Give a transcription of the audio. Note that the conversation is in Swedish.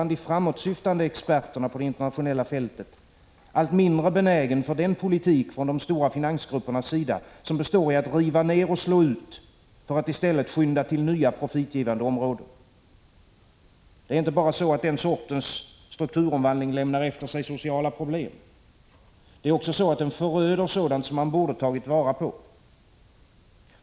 De framåtsyftande experterna på det internationella fältet är allt mindre benägna för den politik från de stora finansgruppernas sida som består i att riva ner och slå ut, för att i stället skynda till nya profitgivande områden. Den sortens strukturomvand — Prot. 1985/86:155 ling lämnar inte bara efter sig sociala problem. Den föröder också sådant som 29 maj 1986 man borde ha tagit vara på.